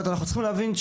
צריך להבהיר את